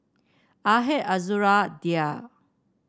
Ahad Azura Dhia